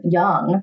young